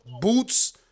Boots